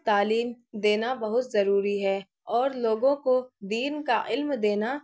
تعلیم دینا بہت ضروری ہے اور لوگوں کو دین کا علم دینا